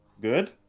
good